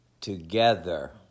together